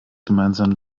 gemeinsam